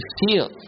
feel